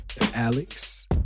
Alex